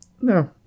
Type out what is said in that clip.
no